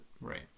right